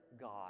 God